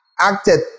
acted